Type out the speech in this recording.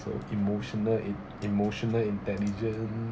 so emotional e~ emotional intelligence